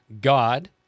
god